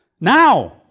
Now